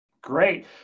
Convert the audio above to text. Great